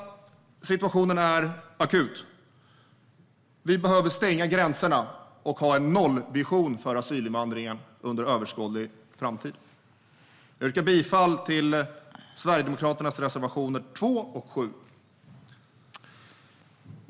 Situationen är akut. Vi behöver stänga gränserna och ha en nollvision för asylinvandringen under överskådlig tid. Jag yrkar bifall till Sverigedemokraternas reservationer 2 och 7.